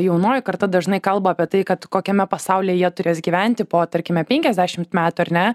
jaunoji karta dažnai kalba apie tai kad kokiame pasaulyje jie turės gyventi po tarkime penkiasdešim metų ar ne